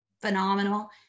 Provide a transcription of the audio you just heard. phenomenal